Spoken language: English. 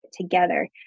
together